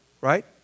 Right